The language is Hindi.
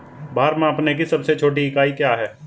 भार मापने की सबसे छोटी इकाई क्या है?